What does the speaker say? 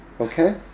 Okay